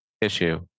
issue